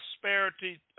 prosperity